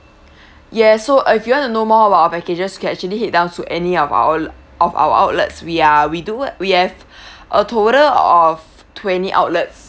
yes so uh if you want to know more about our packages you can actually head down to any of our out~ of our outlets we are we do we have a total of twenty outlets